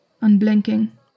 unblinking